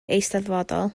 eisteddfodol